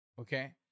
okay